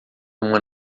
uma